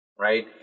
Right